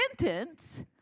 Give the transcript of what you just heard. sentence